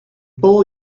paul